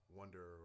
wonder